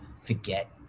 forget